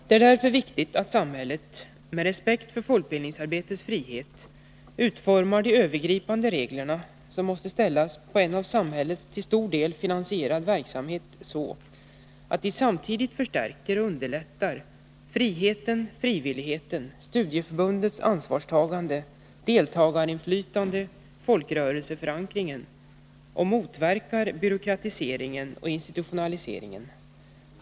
Det är därför viktigt att samhället — med respekt för folkbildningsarbetets frihet — utformar de övergripande regler som måste ställas för en av samhället till stor del finansierad verksamhet, så att de samtidigt förstärker och underlättar friheten, frivilligheten, studieförbundens ansvarstagande, deltagarinflytande och folkrörelseförankringen samt motverkar byråkratisering och institutionalisering.